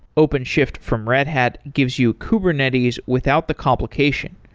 openshift from red hat gives you kubernetes without the complication.